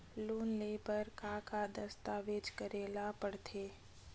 Loan ले बर का का दस्तावेज करेला पड़थे?